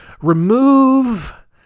remove